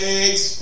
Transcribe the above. eggs